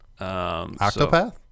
Octopath